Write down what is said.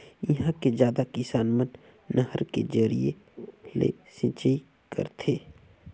इहां के जादा किसान मन नहर के जरिए ले सिंचई करथे